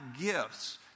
gifts